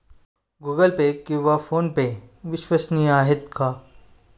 Google Pay किंवा PhonePe विश्वसनीय आहेत का?